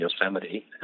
Yosemite